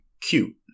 cute